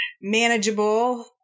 manageable